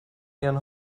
ihren